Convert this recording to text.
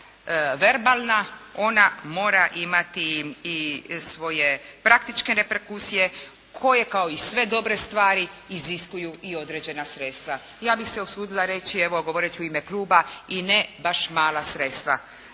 verbalna. Ona mora imati i svoje praktičke reperkusije koje kao i sve dobre stvari iziskuju i određena sredstva. Ja bih se usudila reći evo govoreći u ime kluba i ne baš mala sredstva.